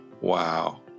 Wow